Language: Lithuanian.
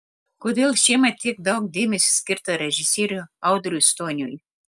kodėl šiemet tiek daug dėmesio skirta režisieriui audriui stoniui